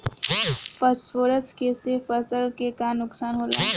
Phosphorus के से फसल के का नुकसान होला?